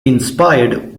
inspired